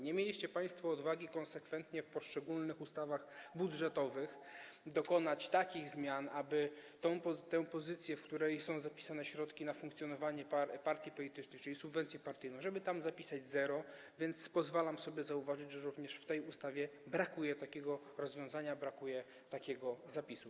Nie mieliście państwo odwagi konsekwentnie w poszczególnych ustawach budżetowych dokonać takich zmian, aby w tej pozycji, w której są zapisane środki na funkcjonowanie partii politycznych, czyli subwencje partyjne, zapisać „0”, więc pozwalam sobie zauważyć, że również w tej ustawie brakuje takiego rozwiązania, brakuje takiego zapisu.